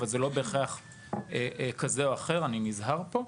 אבל זה לא בהכרח גוף כזה או אחר; אני נזהר פה.